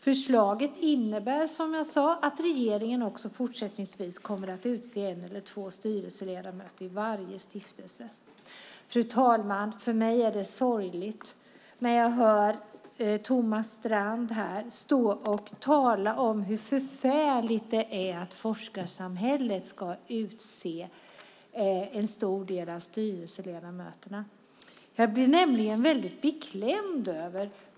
Förslaget innebär som jag sade att regeringen också fortsättningsvis kommer att utse en eller två styrelseledamöter i varje stiftelse. Fru talman! För mig är det sorgligt när jag hör Thomas Strand stå här och tala om hur förfärligt det är att forskarsamhället ska utse en stor del av styrelseledamöterna. Jag blir nämligen beklämd.